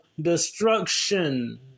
destruction